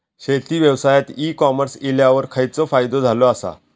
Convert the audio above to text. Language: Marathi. शेती व्यवसायात ई कॉमर्स इल्यावर खयचो फायदो झालो आसा?